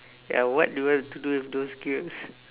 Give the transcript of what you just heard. ya what do you want to do with those girls